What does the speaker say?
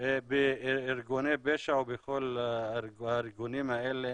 בארגוני פשע או בארגונים האלה